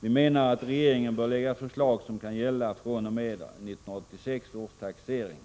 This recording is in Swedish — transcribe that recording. Vi menar att regeringen bör lägga fram förslag som kan gälla fr.o.m. 1986 års taxering.